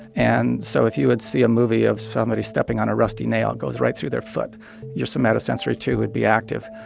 and so if you would see a movie of somebody stepping on a rusty nail goes right through their foot your somatosensory two would be active.